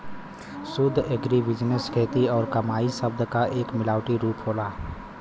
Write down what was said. शब्द एग्रीबिजनेस खेती और कमाई शब्द क एक मिलावटी रूप होला